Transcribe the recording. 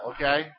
okay